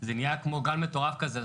זה נהיה כמו גל מטורף כזה.